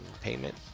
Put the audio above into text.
Payment